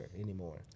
anymore